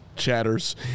chatters